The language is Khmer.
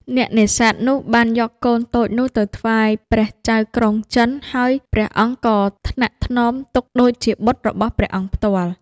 អ្នកនេសាទនោះ បានយកកូនតូចនោះទៅថ្វាយព្រះចៅក្រុងចិន ហើយព្រះអង្គក៏ថ្នាក់ថ្នមទុកដូចជាបុត្ររបស់ព្រះអង្គផ្ទាល់។